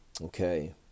okay